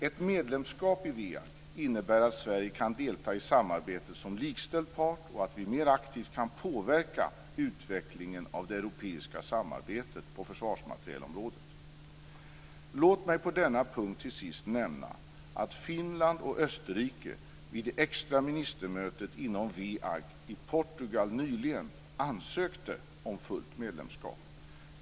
Ett medlemskap i WEAG innebär att Sverige kan delta i samarbetet som likställd part och att vi mer aktivt kan påverka utvecklingen av det europeiska samarbetet på försvarsmaterielområdet. Låt mig när det gäller denna punkt till sist nämna att Finland och Österrike ansökte om fullt medlemskap vid det extra ministermötet inom WEAG i Portugal nyligen.